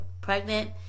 pregnant